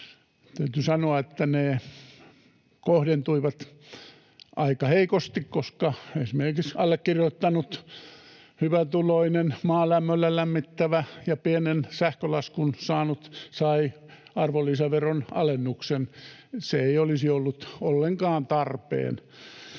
Täytyy sanoa, että ne kohdentuivat aika heikosti, koska esimerkiksi allekirjoittanut, hyvätuloinen maalämmöllä lämmittävä ja pienen sähkölaskun saanut, sai arvonlisäveron alennuksen. Se ei olisi ollut ollenkaan tarpeen.